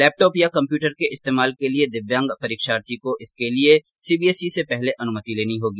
laptop या computer के इस्तेमाल के लिए दिव्यांग परीक्षार्थी को इसके लिए सीबीएसई से पहले अनुमति लेनी होगी